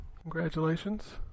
Congratulations